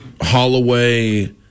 Holloway